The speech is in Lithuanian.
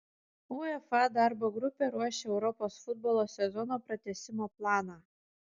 uefa darbo grupė ruošia europos futbolo sezono pratęsimo planą